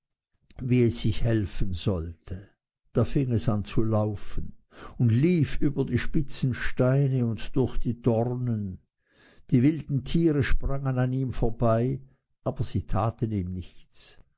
wie es sich helfen sollte da fing es an zu laufen und lief über die spitzen steine und durch die dornen und die wilden tiere sprangen an ihm vorbei aber sie taten ihm nichts